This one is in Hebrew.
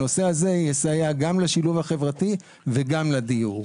הנושא הזה יסייע גם לשילוב החברתי וגם לדיור.